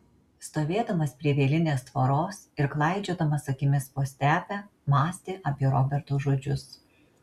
stovėdamas prie vielinės tvoros ir klaidžiodamas akimis po stepę mąstė apie roberto žodžius